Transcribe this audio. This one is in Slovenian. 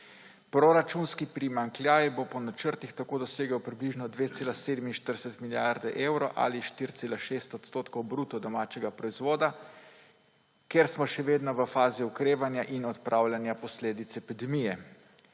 Proračunski primanjkljaj bo po načrtih tako dosegel približno 2,47 milijarde evrov ali 4,6 % bruto domačega proizvoda, ker smo še vedno v fazi okrevanja in odpravljanja posledic epidemije.